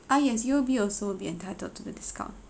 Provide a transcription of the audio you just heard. ah yes U_O_B also will be entitled to the discount